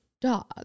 dog